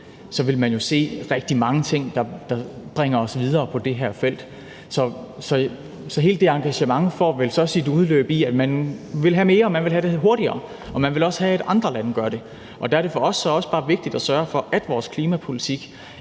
så vil man jo se rigtig mange ting, der bringer os videre på det her felt. Så hele det engagement får vel så sit udløb i, at man vil have mere, og at man vil have det hurtigere. Man vil også have, at andre lande gør det. Der er det for os så også bare vigtigt at sørge for, at vores klimapolitik